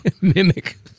mimic